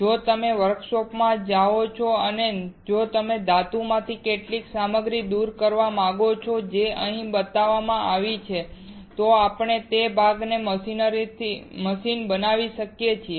જો તમે વર્કશોપમાં જાઓ છો અને જો તમે ધાતુમાંથી આટલી સામગ્રી દૂર કરવા માંગો છો જે અહીં બતાવવામાં આવી છે તો આપણે તે ભાગને મશીન બનાવી શકીએ છીએ